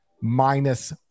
minus